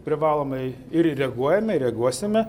privalomai ir reaguojame ir reaguosime